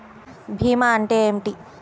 భీమా అంటే ఏమిటి?